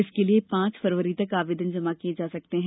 इसके लिए पांच फरवरी तक आवेदन जमा किया जा सकता है